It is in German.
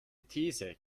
these